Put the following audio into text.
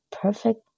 perfect